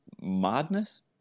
madness